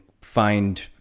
find